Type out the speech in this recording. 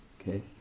okay